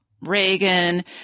Reagan